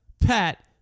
Pat